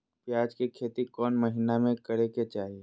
प्याज के खेती कौन महीना में करेके चाही?